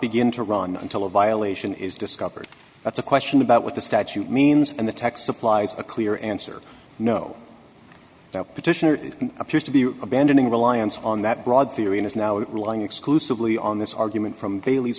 begin to run until a violation is discovered that's a question about what the statute means and the text supplies a clear answer no petitioner appears to be abandoning reliance on that broad theory and is now it relying exclusively on this argument from bail